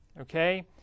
okay